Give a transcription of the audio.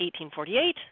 1848